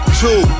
two